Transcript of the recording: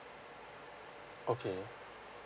okay